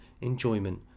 enjoyment